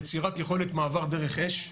יצירת יכולת מעבר דרך אש,